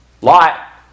Lot